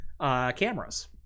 cameras